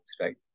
right